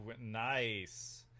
nice